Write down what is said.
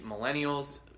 millennials